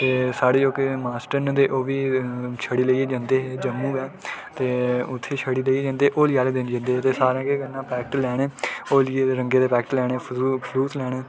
ते साढ़े जोह्के मास्टर न ओह् बी छड़ी लेइयै जंदे हे जम्मू ते उत्थें छड़ी लेइयै जंदे हे होली आह्ले दिन जंदे हे ते सारें केह् करना पैकेट लैने होलियें दे रंगें दे पैकेट लैने फलूस लैने